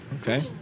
Okay